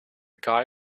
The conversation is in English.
guy